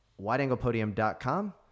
wideanglepodium.com